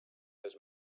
his